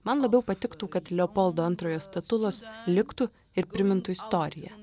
man labiau patiktų kad leopoldo antrojo statulos liktų ir primintų istoriją